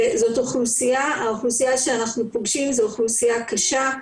האוכלוסייה שאנחנו פוגשים זו אוכלוסייה קשה,